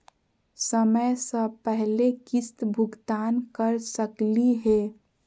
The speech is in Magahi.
समय स पहले किस्त भुगतान कर सकली हे?